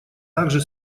также